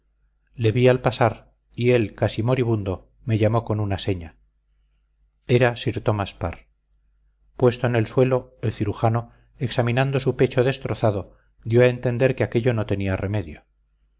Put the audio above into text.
le vi al pasar y él casi moribundo me llamó con una seña era sir thomas parr puesto en el suelo el cirujano examinando su pecho destrozado dio a entender que aquello no tenía remedio